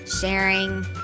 sharing